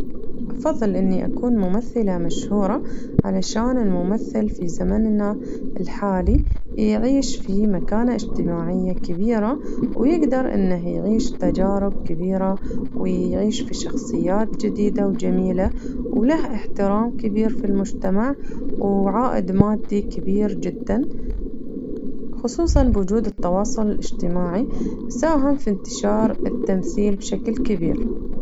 أفضل إني أكون ممثلة مشهورة علشان الممثل في زمننا الحالي يعيش في مكانة اجتماعية كبيرة ويقدر إنه يعيش تجارب كبيرة ويعيش في شخصيات جديدة وجميلة وله احترام كبير في المجتمع وعائد مادي كبير جداً خصوصاً بوجود التواصل الاجتماعي ساهم في انتشار التمثيل بشكل كبير.